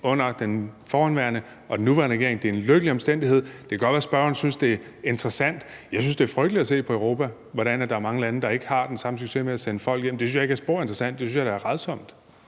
under den forhenværende og den nuværende regering. Det er en lykkelig omstændighed. Det kan godt være, at spørgeren synes, det er interessant. Jeg synes, at det er frygteligt at se på Europa, og hvordan der er mange lande, der ikke har den samme succes med at sende folk hjem. Det synes jeg ikke er spor interessant; det synes jeg da er rædsomt.